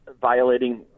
violating